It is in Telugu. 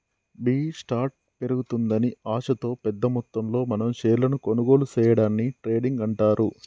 బి స్టార్ట్ పెరుగుతుందని ఆశతో పెద్ద మొత్తంలో మనం షేర్లను కొనుగోలు సేయడాన్ని ట్రేడింగ్ అంటారు